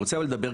רק אגיד לך,